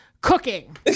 cooking